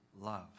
love